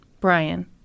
Brian